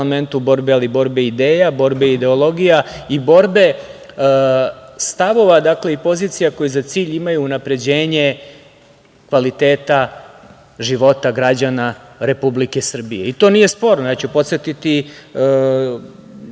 u parlamentu, ali borbe ideja, borbe ideologija i borbe stavova i pozicija koje za cilj imaju unapređenje kvaliteta života građana Republike Srbije. To nije sporno. Podsetiću